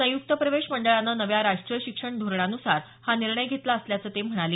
संयुक्त प्रवेश मंडळानं नव्या राष्ट्रीय शिक्षण धोरणानुसार हा निर्णय घेतला असल्याचं ते म्हणाले